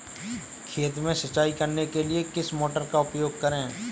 खेत में सिंचाई करने के लिए किस मोटर का उपयोग करें?